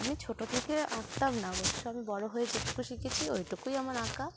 আমি ছোটো থেকে আঁকতাম না ওই তো আমি বড়ো হয়ে যেটুকু শিখেছি ওইটুকুই আমার আঁকা